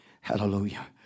hallelujah